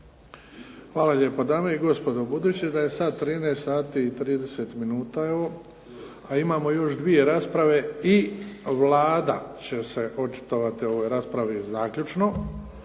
Hvala lijepa. Dame i gospodo, budući da je sad 13,30 evo, a imamo još 2 rasprave i Vlada će se očitovati o ovoj raspravi zaključno,